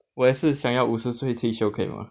我也是想要五十岁退休可以吗